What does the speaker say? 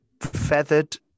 feathered